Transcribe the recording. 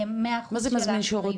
מאה אחוז של ה --- מה זה מזמין שירותים?